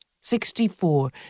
Sixty-four